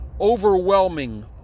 overwhelming